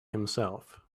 himself